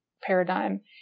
paradigm